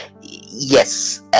yes